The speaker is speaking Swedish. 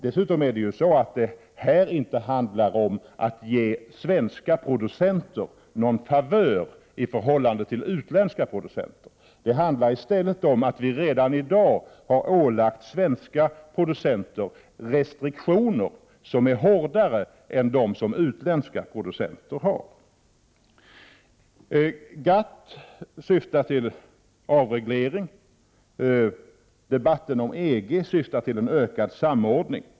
Dessutom handlar det ju inte om att ge svenska producenter några favörer i förhållande till utländska producenter. Det handlar i stället om att vi redan i dag har ålagt svenska producenter hårdare restriktioner än de som utländska producenter har. GATT syftar till avreglering. Debatten om EG syftar till en ökad samordning.